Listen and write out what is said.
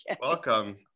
Welcome